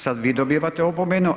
Sada vi dobivate opomenu.